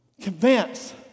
convince